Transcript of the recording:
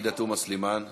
עאידה תומא סלימאן.